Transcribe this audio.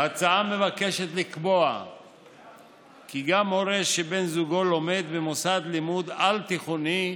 ההצעה מבקשת לקבוע כי גם הורה שבן זוגו לומר במוסד לימוד על-תיכוני,